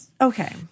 Okay